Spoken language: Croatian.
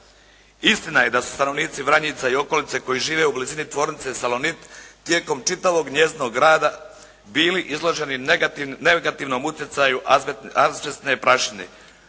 Istina je da su stanovnici Vranjica i okolice koji žive u blizini tvornice Salonit tijekom čitavog mjesnog rada bili izloženi negativnom utjecaju azbestne prašine,